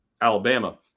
alabama